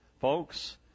Folks